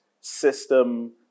system